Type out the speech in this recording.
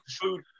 food